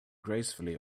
gracefully